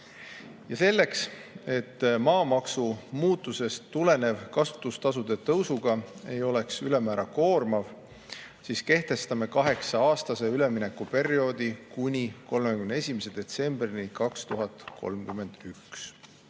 Selleks, et maamaksu muutusest tulenev kasutustasude tõus ei oleks ülemäära koormav, kehtestame kaheksa-aastase üleminekuperioodi, kuni 31. detsembrini 2031.